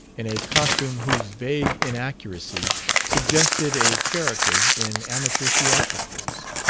in a costume whose vague inaccuracy suggested a character in amateur theatricals.